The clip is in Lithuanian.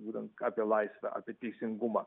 būtent apie laisvę apie teisingumą